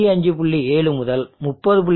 7 முதல் 30